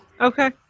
Okay